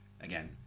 again